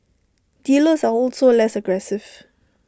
dealers are also less aggressive